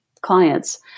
clients